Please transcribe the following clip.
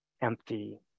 empty